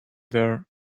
there